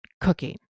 cooking